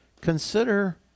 Consider